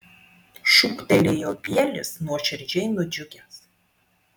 šūktelėjo bielis nuoširdžiai nudžiugęs